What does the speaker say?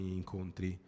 incontri